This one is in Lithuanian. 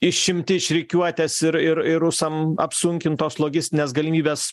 išimti iš rikiuotės ir ir ir rusam apsunkintos logistinės galimybės